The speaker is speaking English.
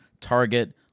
Target